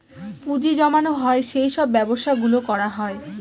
পুঁজি জমানো হয় সেই সব ব্যবসা গুলো করা হয়